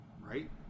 right